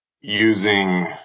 using